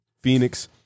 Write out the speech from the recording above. Phoenix